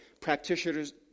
Practitioners